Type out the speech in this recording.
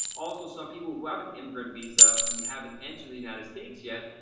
also some people who have an immigrant visa and they haven't entered the united states yet,